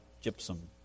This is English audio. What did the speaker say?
gypsum